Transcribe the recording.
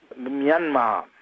Myanmar